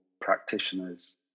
practitioners